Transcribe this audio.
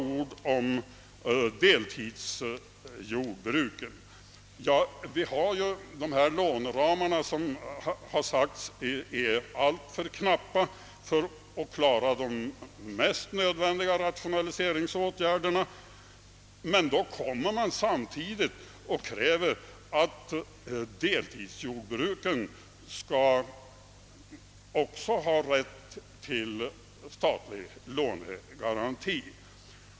Beträffande deltidsjordbruket säger man att låneramarna är för knappa för att man inom dem skall kunna klara de mest nödvändiga rationaliseringsåtgärdeérna, men man kräver samtidigt att deltidsjordbruket skall ha rätt till statlig lånegaranti.